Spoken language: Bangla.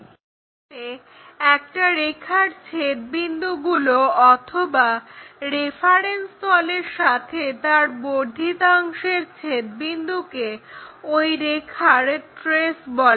তাহলে একটা রেখার ছেদবিন্দুগুলো অথবা রেফারেন্স তলের সাথে তার বর্ধিতাংশের ছেদবিন্দুকে ওই রেখার ট্রেস বলা হয়